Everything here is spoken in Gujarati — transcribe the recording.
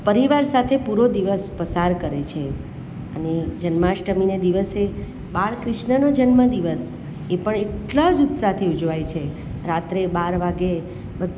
પરિવાર સાથે પૂરો દિવસ પસાર કરે છે અને જન્માષ્ટમીને દિવસે બાળકૃષ્ણનો જન્મદિવસ એ પણ એટલા જ ઉત્સાહથી ઉજવાય છે રાત્રે બાર વાગ્યે બધું